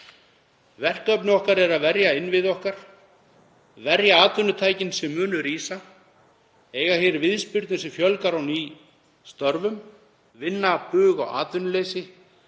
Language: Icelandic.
Verkefni okkar er að verja innviði okkar, verja atvinnutækin sem munu rísa, eiga hér viðspyrnu sem fjölgar á ný störfum, vinna bug á atvinnuleysi,